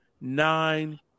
nine